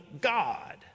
God